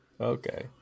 Okay